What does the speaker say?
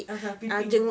(uh huh) pippin